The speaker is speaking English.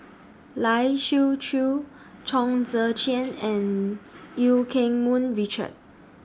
Lai Siu Chiu Chong Tze Chien and EU Keng Mun Richard